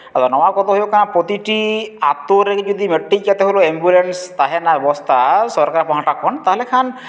ᱟᱫᱚ ᱱᱚᱣᱟ ᱠᱚᱫᱚ ᱦᱩᱭᱩᱜ ᱠᱟᱱᱟ ᱯᱨᱚᱛᱤᱴᱤ ᱟᱛᱳ ᱠᱚᱨᱮ ᱡᱩᱫᱤ ᱢᱤᱫᱴᱤᱡ ᱠᱟᱛᱮ ᱦᱚᱸ ᱡᱩᱫᱤ ᱮᱢᱵᱩᱞᱮᱱᱥ ᱛᱟᱦᱮᱱᱟ ᱨᱮᱱᱟᱜ ᱵᱮᱵᱚᱥᱛᱟ ᱥᱚᱨᱠᱟᱨ ᱯᱟᱦᱴᱟ ᱠᱷᱚᱱ ᱛᱟᱦᱚᱞᱮ ᱠᱷᱟᱱ